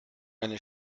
eine